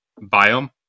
biome